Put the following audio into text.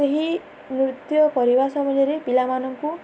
ସେହି ନୃତ୍ୟ କରିବା ସମୟରେ ପିଲାମାନଙ୍କୁ